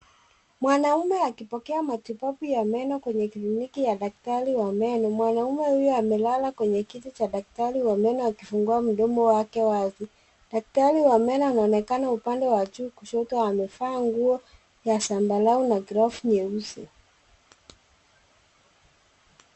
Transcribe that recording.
Mwanaume akipokea matibabu ya meno kwenye kliniki ya daktari wa meno. Mwanaume huyu amelala kwenye kiti cha daktari wa meno akifungua mdomo wake wazi. Daktari wa meno anaonekana upande wa juu kushoto. Amevaa nguo ya zambarau na glovu nyeusi.